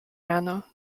rano